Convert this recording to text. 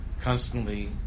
constantly